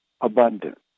abundant